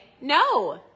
no